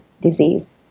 disease